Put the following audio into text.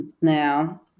Now